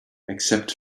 except